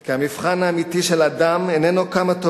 כי המבחן האמיתי של אדם איננו כמה טוב